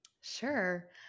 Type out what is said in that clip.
Sure